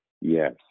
Yes